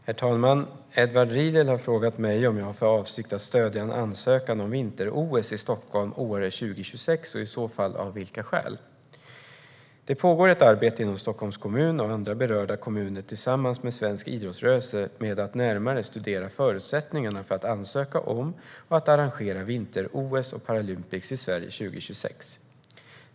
Herr talman! Edward Riedl har frågat mig om jag har för avsikt att stödja en ansökan om vinter-OS i Stockholm/Åre 2026, och i så fall av vilka skäl. Det pågår ett arbete inom Stockholms kommun och andra berörda kommuner tillsammans med svensk idrottsrörelse med att närmare studera förutsättningarna för att ansöka om och att arrangera vinter-OS och Paralympics i Sverige 2026.